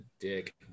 dick